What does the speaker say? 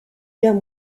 guerre